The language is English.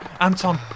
Anton